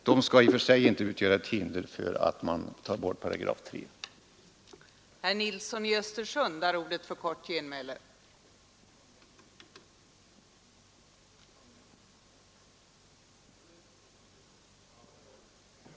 Dessa beslut skall inte utgöra ett hinder för att slopa 3 § statstjänstemannalagen.